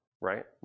Right